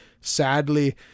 sadly